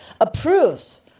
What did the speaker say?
approves